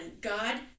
God